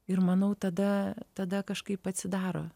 ir manau tada tada kažkaip atsidaro